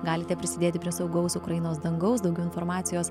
galite prisidėti prie saugaus ukrainos dangaus daugiau informacijos